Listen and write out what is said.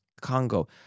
Congo